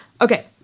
Okay